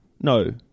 No